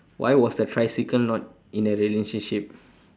why was the tricycle not in a relationship